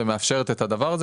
ומאפשרת את הדבר הזה.